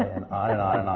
and on and on and on